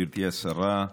גברתי השרה,